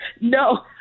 No